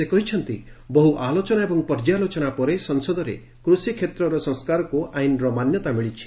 ସେ କହିଛନ୍ତି ବହୁ ଆଲୋଚନା ଏବଂ ପର୍ଯ୍ୟାଲୋଚନା ପରେ ସଂସଦରେ କୃଷି କ୍ଷେତ୍ରର ସଂସ୍କାରକୁ ଆଇନର ମାନ୍ୟତା ମିଳିଛି